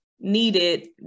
needed